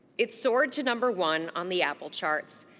it soared to number one on the apple charts,